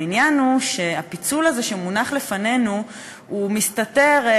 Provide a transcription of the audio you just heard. העניין הוא שהפיצול הזה שמונח לפנינו הוא מסתתר,